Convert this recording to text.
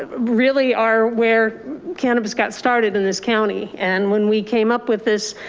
ah really are where cannabis got started in this county. and when we came up with this,